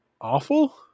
awful